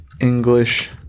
English